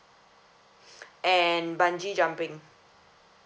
and bungee jumping